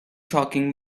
talking